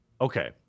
Okay